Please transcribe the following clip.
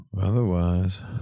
Otherwise